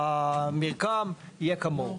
לפחות לדחות את זה לכנסת הבאה.